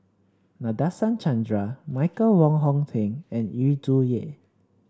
Nadasen Chandra Michael Wong Hong Teng and Yu Zhuye